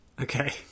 Okay